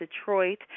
Detroit